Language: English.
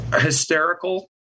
hysterical